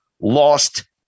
lost